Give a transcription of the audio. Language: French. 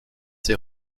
ses